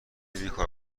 بیکار